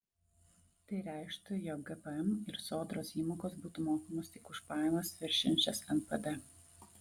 tai reikštų jog gpm ir sodros įmokos būtų mokamos tik už pajamas viršijančias npd